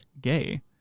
Gay